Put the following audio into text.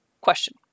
Question